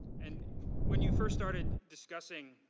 and when you first started discussing